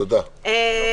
תודה רבה.